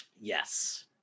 Yes